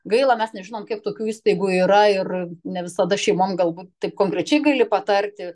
gaila mes nežinom kiek tokių įstaigų yra ir ne visada šeimom galbūt taip konkrečiai gali patarti